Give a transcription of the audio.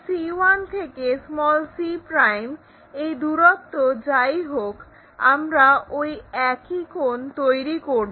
c1 থেকে c ওই দূরত্ব যাই হোক আমরা ওই একই কোণ তৈরি করব